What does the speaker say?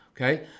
okay